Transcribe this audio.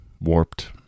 warped